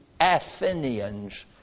Athenians